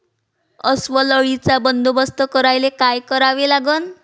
अस्वल अळीचा बंदोबस्त करायले काय करावे लागन?